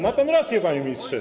Ma pan rację, panie ministrze.